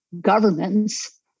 governments